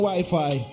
Wi-Fi